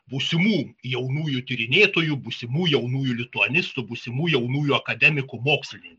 būsimų jaunųjų tyrinėtojų būsimų jaunųjų lituanistų būsimų jaunųjų akademikų mokslininkų